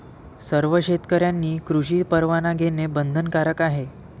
सर्व शेतकऱ्यांनी कृषी परवाना घेणे बंधनकारक आहे